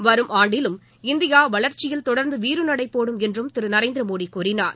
வரும் ஆண்டிலும் இந்தியா வளர்ச்சியில் தொடர்ந்து வீறு நடைபோடும் என்றும் திரு நரேந்திர மோடி கூறினார்